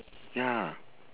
ya